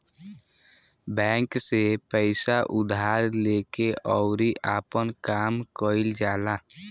bank से पइसा उधार लेके अउरी आपन काम कईल जाला